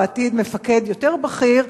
ובעתיד מפקד יותר בכיר,